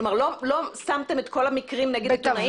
כלומר לא שמתם את כל המקרים נגיד של עיתונאים?